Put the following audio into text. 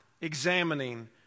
examining